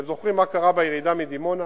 אתם זוכרים מה קרה בירידה מדימונה